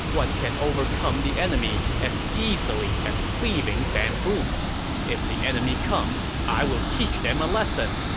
one can overcome the enemy as easily as cleaving bamboo if the enemy comes, i will teach them a lesson!